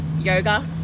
yoga